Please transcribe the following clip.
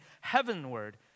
heavenward